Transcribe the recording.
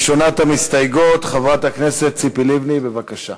ראשונת המסתייגים, חברת הכנסת ציפי לבני, בבקשה.